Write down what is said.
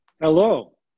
Hello